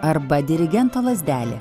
arba dirigento lazdelė